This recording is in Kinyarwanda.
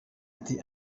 ati